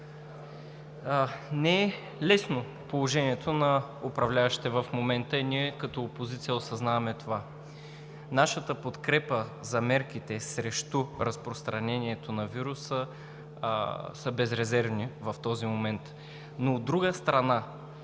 Не е лесно положението на управляващите в момента и ние, като опозиция, осъзнаваме това. Нашата подкрепа за мерките срещу разпространението на вируса са безрезервни в този момент. Но от друга страна,